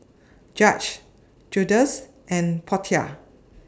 Judge Justus and Portia